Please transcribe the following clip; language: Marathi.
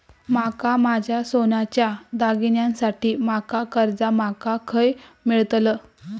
माका माझ्या सोन्याच्या दागिन्यांसाठी माका कर्जा माका खय मेळतल?